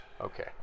Okay